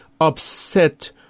upset